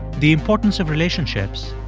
the importance of relationships,